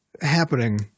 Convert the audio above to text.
happening